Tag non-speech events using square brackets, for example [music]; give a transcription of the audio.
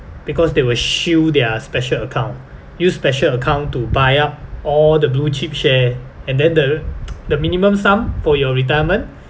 because they will shield their special account use special account to buy up all the blue chip share and then the [noise] the minimum sum for your retirement